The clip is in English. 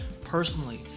personally